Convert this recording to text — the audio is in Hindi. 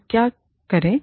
हम क्या करें